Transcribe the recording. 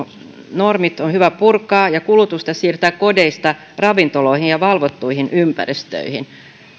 normit on hyvä purkaa ja kulutusta siirtää kodeista ravintoloihin ja valvottuihin ympäristöihin